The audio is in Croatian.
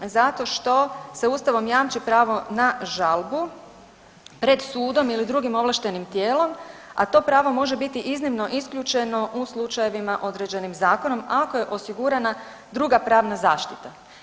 Zato što se Ustavom jamči pravo na žalbu pred sudom ili drugim ovlaštenim tijelom, a to pravo može biti iznimno isključeno u slučajevima određenim zakonom ako je osigurana druga pravna zaštita.